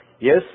Yes